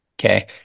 Okay